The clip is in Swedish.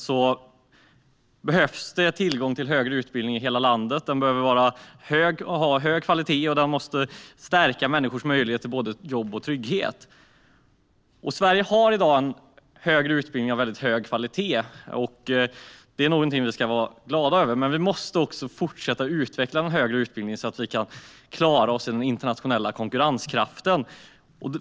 Det behövs tillgång till högre utbildning i hela landet av hög kvalitet som stärker människors möjlighet till både jobb och trygghet. Sveriges högre utbildning är i dag av väldigt hög kvalitet, och det är någonting som vi ska vara glada över. Men vi måste också fortsätta att utveckla den högre utbildningen så att vi kan klara oss i den internationella konkurrensen.